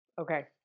okay